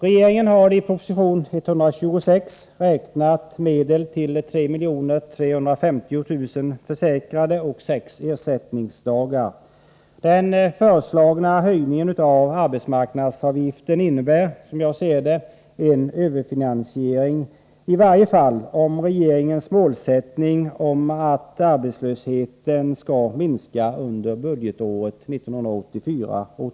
Regeringen har i proposition 126 räknat med medel till 3 350 000 försäkrade och med sex ersättningsdagar. Den föreslagna höjningen av arbetsmarknadsavgiften innebär, som jag ser det, en överfinansiering — i varje fall i förhållande till regeringens målsättning att arbetslösheten skall minska under budgetåret 1984/85.